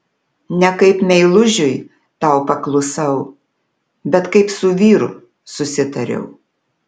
ne kaip meilužiui tau paklusau bet kaip su vyru susitariau